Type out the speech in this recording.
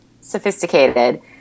sophisticated